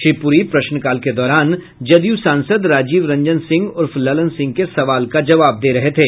श्री पुरी प्रश्नकाल के दौरान जदयू सांसद राजीव रंजन सिंह उर्फ ललन सिंह के सवाल का जवाब दे रहे थे